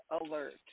alert